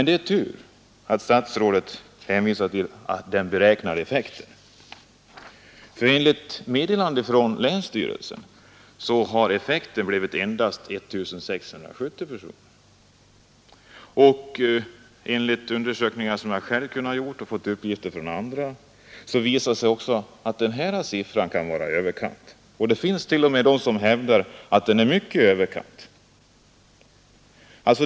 Det är tur att statsrådet hänvisar till den beräknade effekten, för enligt meddelande från länsstyrelsen har effekten blivit endast 1 670 personer. Undersökningar som jag själv kunnat göra och uppgifter som jag fått från andra visar att också denna siffra kan vara i överkant — det finns t.o.m. de som hävdar att den är mycket i överkant.